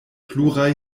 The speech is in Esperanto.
pluraj